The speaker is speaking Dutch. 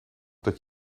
dat